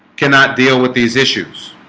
cannot deal with these issues